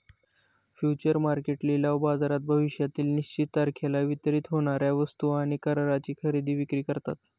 future market लिलाव बाजारात भविष्यातील निश्चित तारखेला वितरित होणार्या वस्तू आणि कराराची खरेदी विक्री करतात